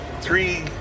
three